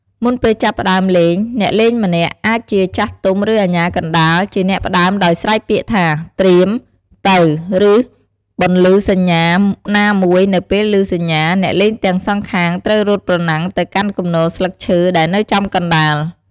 មុនពេលចាប់ផ្ដើមលេង អ្នកលេងម្នាក់អាចជាចាស់ទុំ ឬអាជ្ញាកណ្ដាល ជាអ្នកផ្ដើមដោយស្រែកពាក្យថា ត្រៀម! ទៅ! ឬបន្លឺសញ្ញាណាមួយ នៅពេលឮសញ្ញា អ្នកលេងទាំងសងខាងត្រូវរត់ប្រណាំងទៅកាន់គំនរស្លឹកឈើដែលនៅចំកណ្ដាល។